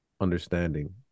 understanding